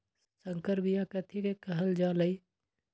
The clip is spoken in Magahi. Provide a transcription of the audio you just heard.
संकर बिया कथि के कहल जा लई?